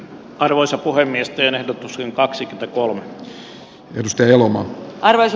arvoisa puhemies lienee tosin kaksi sitten voittaneesta mietintöä vastaan